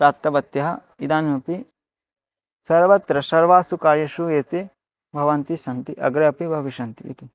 प्राप्तवत्यः इदानीमपि सर्वत्र सर्वासु कार्येषु एते भवन्ति सन्ति अग्रे अपि भविष्यन्ति इति